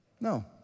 no